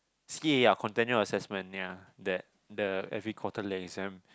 C_A ah continual assessment ya that the every quarterly exam